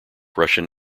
russian